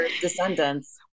descendants